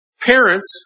Parents